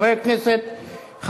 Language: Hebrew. הצעות לסדר-היום מס' 1243,